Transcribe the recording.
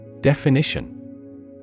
Definition